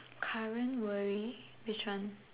current worry which one